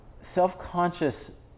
self-conscious